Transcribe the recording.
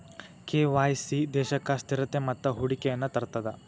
KYC ದೇಶಕ್ಕ ಸ್ಥಿರತೆ ಮತ್ತ ಹೂಡಿಕೆಯನ್ನ ತರ್ತದ